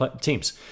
teams